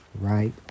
right